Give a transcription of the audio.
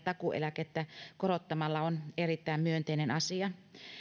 takuueläkettä korottamalla on erittäin myönteinen asia